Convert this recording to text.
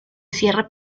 cierre